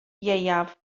ieuaf